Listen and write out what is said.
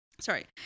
sorry